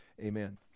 amen